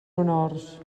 honors